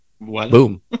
boom